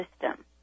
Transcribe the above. system